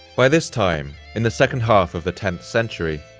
by this time, in the second half of the tenth century,